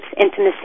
intimacy